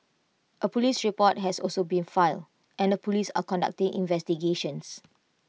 A Police report has also been filed and the Police are conducting investigations